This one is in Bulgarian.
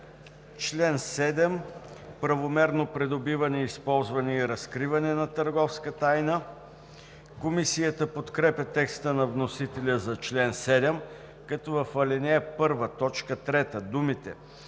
Член 7 – „Правомерно придобиване, използване и разкриване на търговска тайна“. Комисията подкрепя текста на вносителя за чл. 7, като в ал. 1, т. 3 думите